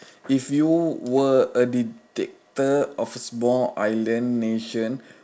if you were a dictator of small island nation